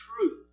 truth